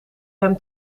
hem